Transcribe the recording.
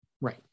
Right